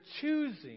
choosing